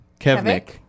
Kevnik